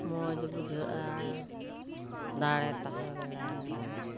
ᱢᱚᱡᱽ ᱵᱩᱡᱷᱟᱹᱜᱼᱟ ᱫᱟᱲᱮ ᱛᱟᱦᱮᱸ ᱵᱮᱲᱟᱨᱮ